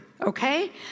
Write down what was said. okay